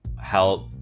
help